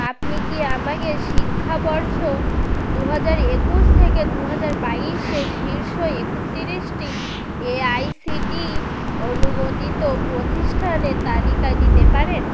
আপনি কি আমাকে শিক্ষাবর্ষ দু হাজার একুশ থেকে দু হাজার বাইশে শীর্ষ একত্রিশটি এআইসিটিই অনুমোদিত প্রতিষ্ঠানের তালিকা দিতে পারেন